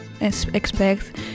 expect